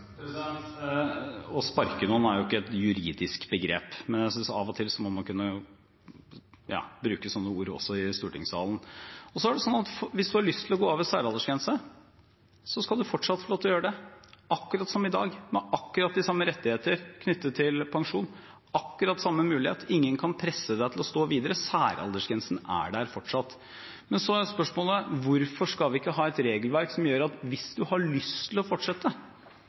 Å sparke noen er ikke et juridisk begrep, men jeg synes av og til må man kunne bruke slike ord også i stortingssalen. Hvis man har lyst til å gå av ved særaldersgrense, skal man fortsatt få lov til å gjøre det – akkurat som i dag, med akkurat de samme rettigheter knyttet til pensjon, med akkurat de samme mulighetene og ingen kan presse deg til å stå videre. Særaldersgrensen er der fortsatt. Men så er spørsmålet: Hvorfor skal vi ha et regelverk som – hvis jeg har lyst til å fortsette,